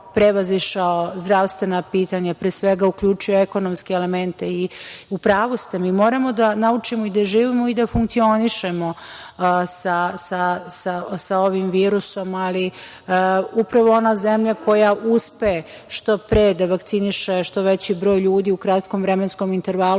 prevazišao zdravstvena pitanja, pre svega uključuje ekonomske elemente. U pravu ste, mi moramo da naučimo i da živimo i da funkcionišemo sa ovim virusom, ali upravo ona zemlja koja uspe što pre da vakciniše što veći broj ljudi u kratkom vremenskom intervalu,